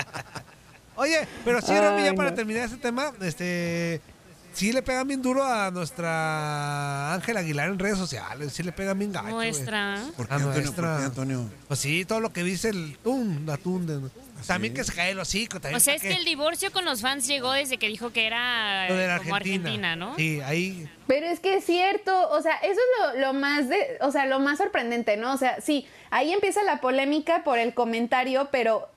Oye, pero sí, Rami, ya Ay, para no. terminar este tema, este, sí le pegan bien duro a nuestra Ángela Aguilar en redes sociales, sí le pegan bien gacho, Nuestra. güey. ¿Por qué, ¿A Antonio? ¿Por qué, nuestra? Antonio? Pues sí, todo lo que dice el tun- la tunde, ¿no? También ¿Ah, sí? que se cae el hocico, también O sea, está es que que- el divorcio con los fans llegó desde que dijo que era, Lo de la como, Argentina. argentina, ¿no? Sí, ahí- Pero es que es cierto, o sea, eso es lo- lo más de- o sea, lo más sorprendente, ¿no? O sea, sí, ahí empieza la polémica por el comentario, pero